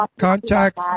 Contact